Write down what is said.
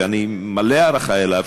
ואני מלא הערכה אליו,